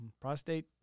Prostate